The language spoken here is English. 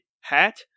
hat